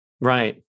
Right